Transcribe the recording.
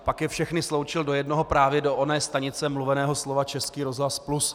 Pak je všechny sloučil do jednoho, právě do oné stanice mluveného slova Český rozhlas Plus.